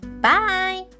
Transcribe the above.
Bye